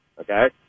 okay